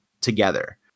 together